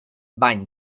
bany